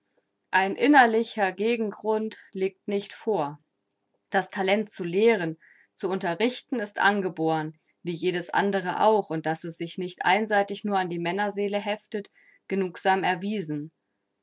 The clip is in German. ein innerlicher gegengrund liegt nicht vor das talent zu lehren zu unterrichten ist angeboren wie jedes andere auch und daß es sich nicht einseitig nur an die männerseele heftet genugsam erwiesen